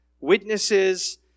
witnesses